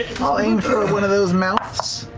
i'll aim for one of those mouths.